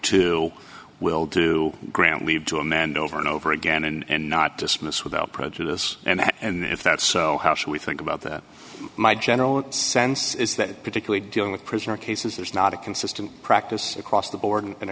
two will to grant leave to him and over and over again and not dismiss without prejudice and that and if that's so how should we think about that my general sense is that particularly dealing with prisoner cases there is not a consistent practice across the board and